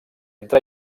entre